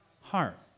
heart